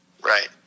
right